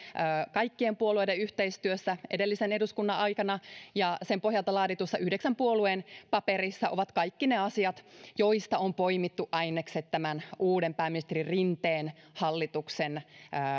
kaikkien puolueiden yhteistyössä edellisen eduskunnan aikana ja sen pohjalta laaditussa yhdeksän puolueen paperissa ovat kaikki ne asiat joista on poimittu ainekset tämän uuden pääministeri rinteen hallituksen